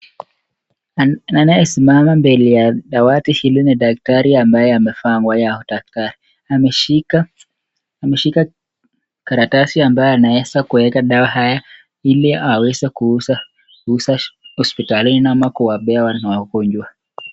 Anayesimama mbele ya dawati hili ni daktari ambaye amevalia nyeupe, ameshika karatasi ambaye anaeza weka dawa ili aweze kuuza hospitalini ama kuwapea watu wagonjwa.